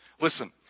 Listen